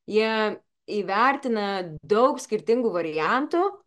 jie įvertina daug skirtingų variantų